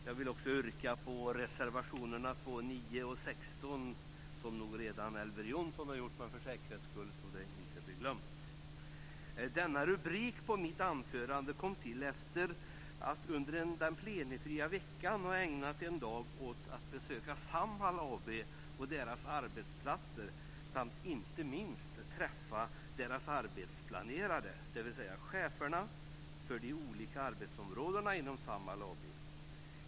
Jag vill också yrka bifall till reservationerna 2, 9 och 16, vilket nog redan Elver Jonsson har gjort men för säkerhets skull så att det inte blir glömt. Rubriken på mitt anförande kom till efter det att jag under den plenifria veckan ägnat en dag åt att besöka Samhall AB och deras arbetsplatser samt inte minst träffa deras arbetsplanerare, dvs. cheferna för de olika arbetsområdena inom Samhall AB.